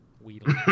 Weedle